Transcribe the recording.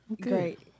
Great